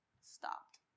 stopped